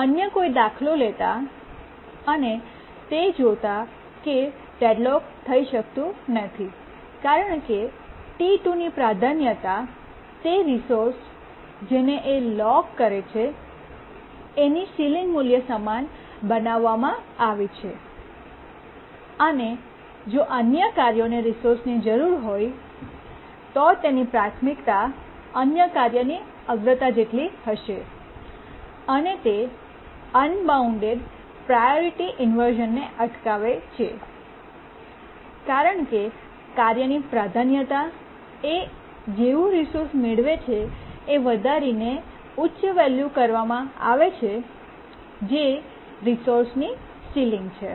અન્ય કોઈ દાખલો લેતાં અને તે જોતાં કે ડેડલોક થઈ શકતું નથી કારણ કે T 2 ની પ્રાધાન્યતા તે રિસોર્સ જેને એ લોક કરે છે એની સીલીંગ મૂલ્ય સમાન બનાવવામાં આવી છે અને જો અન્ય કાર્યોને રિસોર્સની જરૂર હોય તો તેની પ્રાથમિકતા અન્ય કાર્યની અગ્રતા જેટલી હશે અને તે અનબાઉન્ડ પ્રાયોરિટી ઇન્વર્શ઼નને અટકાવે છે કારણ કે કાર્યની પ્રાધાન્યતા એ જેવું રિસોર્સ મેળવે છે વધારીને ઉચ્ચ વૅલ્યુ કરવામાં આવે છે જે રિસોર્સની સીલીંગ છે